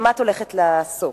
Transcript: במה את הולכת לעסוק?